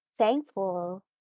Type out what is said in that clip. Thankful